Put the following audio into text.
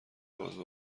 عضو